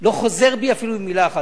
לא חוזר בי אפילו ממלה אחת.